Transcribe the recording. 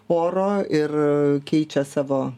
oro ir keičia savo